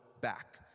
back